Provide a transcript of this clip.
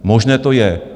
Možné to je.